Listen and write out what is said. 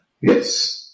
yes